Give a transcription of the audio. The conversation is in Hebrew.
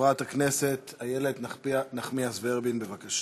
חברת הכנסת איילת נחמיאס ורבין, בבקשה.